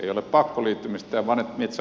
ei ole pakkoliittymistä